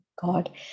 god